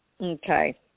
Okay